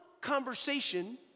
conversation